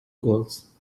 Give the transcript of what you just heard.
goals